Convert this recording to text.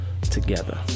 together